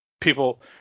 people